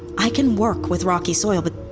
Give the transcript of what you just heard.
i can work with rocky soil, but